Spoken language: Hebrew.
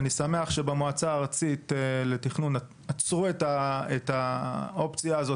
אני שמח שבמועצה הארצית לתכנון עצרו את האופציה הזאת